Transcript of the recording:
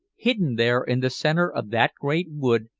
hidden there in the center of that great wood,